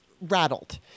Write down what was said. rattled